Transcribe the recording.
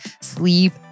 sleep